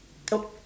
oh